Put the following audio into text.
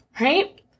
right